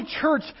church